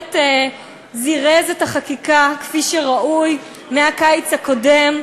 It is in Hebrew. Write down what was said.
שבהחלט זירז את החקיקה, כפי שראוי, מהקיץ הקודם,